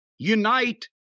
unite